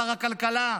שר הכלכלה,